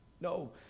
No